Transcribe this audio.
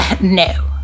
no